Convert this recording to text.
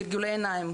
גלגולי עניין,